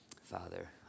Father